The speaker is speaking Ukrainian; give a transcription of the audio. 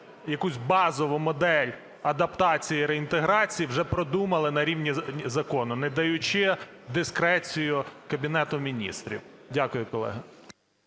якусь базову модель адаптації, реінтеграції вже продумали на рівні закону, не даючи дискрецію Кабінету Міністрів. Дякую, колеги.